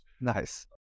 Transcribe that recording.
Nice